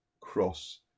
cross